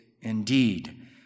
indeed